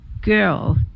girl